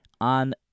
on